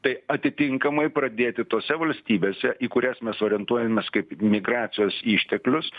tai atitinkamai pradėti tose valstybėse į kurias mes orientuojamės kaip migracijos išteklius